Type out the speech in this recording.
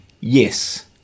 yes